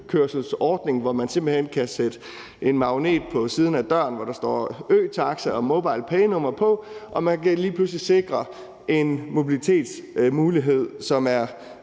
økørselsordning, hvor man simpelt hen kan sætte en magnet på siden af døren, hvorpå der står øtaxa og et MobilePay-nummer. Og så kan man lige pludselig sikre en mobilitetsmulighed, som er